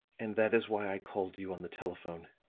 and that is why i called you on the telephone.